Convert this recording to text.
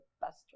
best